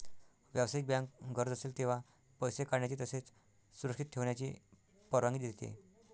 व्यावसायिक बँक गरज असेल तेव्हा पैसे काढण्याची तसेच सुरक्षित ठेवण्याची परवानगी देते